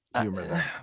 humor